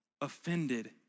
offended